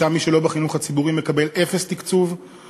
שם מי שלא בחינוך הציבורי מקבל אפס תקצוב,